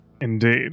Indeed